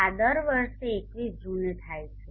આ દર વર્ષે 21 જૂને થાય છે